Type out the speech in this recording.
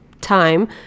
time